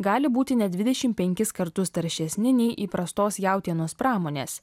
gali būti net dvidešim penkis kartus taršesni nei įprastos jautienos pramonės